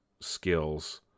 skills